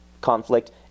conflict